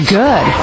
good